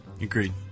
Agreed